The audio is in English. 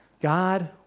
God